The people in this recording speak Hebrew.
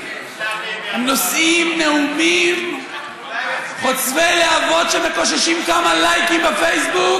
נושאים נאומים חוצבי להבות שמקוששים כמה לייקים בפייסבוק